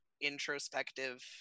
introspective